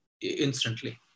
instantly